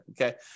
okay